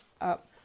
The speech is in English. up